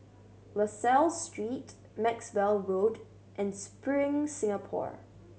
La Salle Street Maxwell Road and Spring Singapore